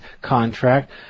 contract